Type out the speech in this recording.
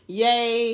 yay